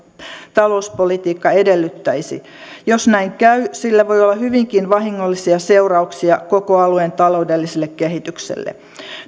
talouspolitiikka edellyttäisi jos näin käy sillä voi olla hyvinkin vahingollisia seurauksia koko alueen taloudelliselle kehitykselle